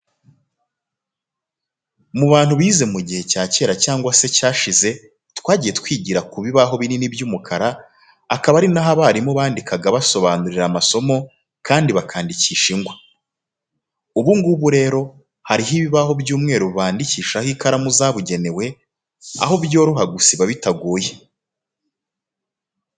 Mu bantu bize mu gihe cya kera cyangwa se cyashize twagiye twigira ku bibaho binini by'umukara akaba ari n'aho abarimu bandikaga basobanurira amasomo kandi bakandikisha ingwa. Ubu ngubu rero hariho ibibaho by'umweru bandikisha ho ikaramu zabugenewe aho byoroha gusiba bitagoye.